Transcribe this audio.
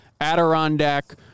Adirondack